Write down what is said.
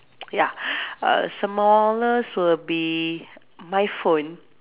ya uh smallest will be my phone